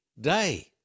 day